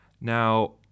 Now